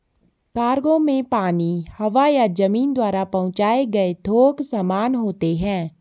cargo में पानी, हवा या जमीन द्वारा पहुंचाए गए थोक सामान होते हैं